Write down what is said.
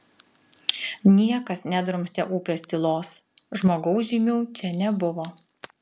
niekas nedrumstė upės tylos žmogaus žymių čia nebuvo